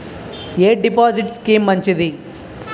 ఎ deposit scheme మంచిది?